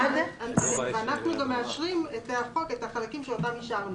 אנחנו גם מאשרים את החוק, את החלקים אותם אישרנו.